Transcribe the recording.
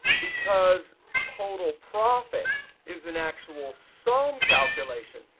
because total profit is an actual sum calculation,